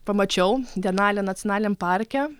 pamačiau denalio nacionaliniam parke